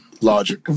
logic